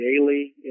daily